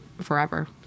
forever